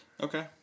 Okay